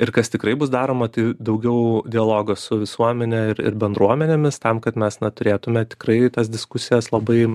ir kas tikrai bus daroma tai daugiau dialogo su visuomene ir ir bendruomenėmis tam kad mes na turėtume tikrai tas diskusijas labai